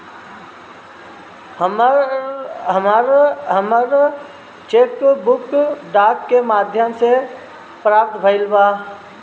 हमरा हमर cheque book डाक के माध्यम से प्राप्त भईल बा